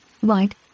white